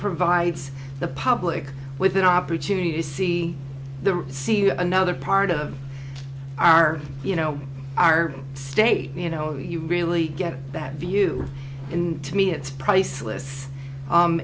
provides the public with an opportunity to see the see another part of our you know our state you know you really get that view in to me it's priceless